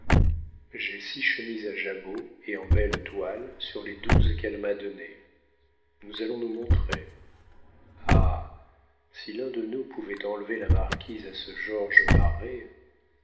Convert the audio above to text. j'ai six chemises à jabot et en belle toile sur les douze qu'elle m'a données nous allons nous montrer ah si l'un de nous pouvait enlever la marquise à ce georges marest